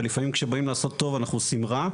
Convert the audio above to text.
ולפעמים כשאנחנו באים לעשות טוב אנחנו עושים רע.